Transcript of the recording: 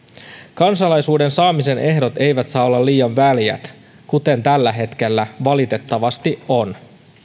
kansalaisuuden saamisen ehdot eivät saa olla liian väljät kuten tällä hetkellä valitettavasti on